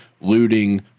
looting